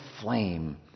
flame